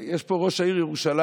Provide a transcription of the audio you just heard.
יש פה את ראש העיר לשעבר של ירושלים,